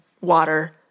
water